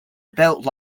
about